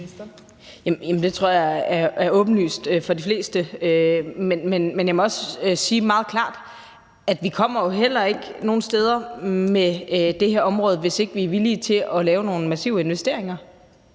Det tror jeg er åbenlyst for de fleste. Men jeg må også sige meget klart, at vi jo heller ikke kommer nogen steder på det her område, hvis vi ikke er villige til at lave nogle massive investeringer.